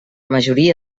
majoria